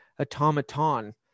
automaton